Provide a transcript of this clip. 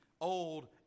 old